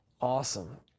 Awesome